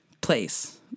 place